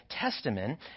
Testament